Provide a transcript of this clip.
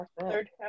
third